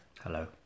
Hello